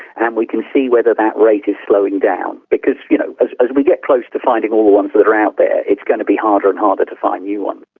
and we can see whether that rate is slowing down. because you know because as we get close to finding all the ones that are out there it's going to be harder and harder to find new ones,